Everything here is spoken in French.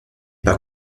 pas